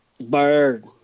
Bird